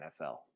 NFL